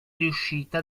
riuscita